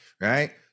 Right